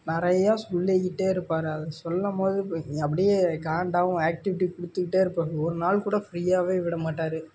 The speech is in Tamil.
நிறையா சொல்லிக்கிட்டே இருப்பார் அதை சொல்லம்போது அப்படியே காண்டாகும் ஆக்டிவிட்டி கொடுத்துக்கிட்டே இருப்பார் ஒரு நாள் கூட ஃப்ரீயாகவே விட மாட்டார்